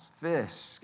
fish